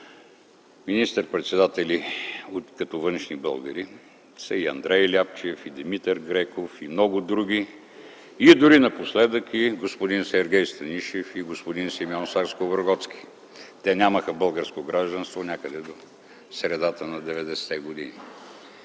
Министър председатели като външни българи са и Андрей Ляпчев, Димитър Греков и много други и дори напоследък господин Сергей Станишев и господин Симеон Сакскобургготски. Те нямаха българско гражданство някъде до средата на 90 те години.